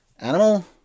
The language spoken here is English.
animal